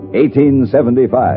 1875